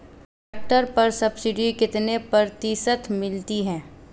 Tractor पर subsidy कितने प्रतिशत मिलती है?